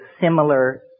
similar